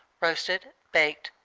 roasted, baked,